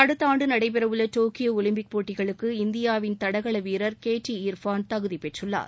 அடுத்த ஆண்டு நடைபெறவுள்ள டோக்கியோ ஒலிம்பிக் போட்டிகளுக்கு இந்தியாவின் தடகள வீரர் இர்ஃபான் தகுதி பெற்றுள்ளார்